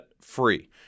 free